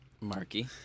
marky